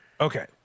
Okay